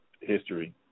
history